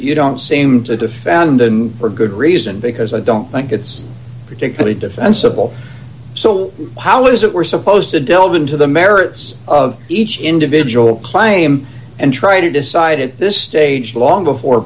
you don't seem to defend and for good reason because i don't think it's particularly defensible so how is it we're supposed to delve into the merits of each individual claim and try to decide at this stage long before